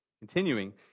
Continuing